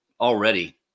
already